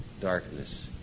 darkness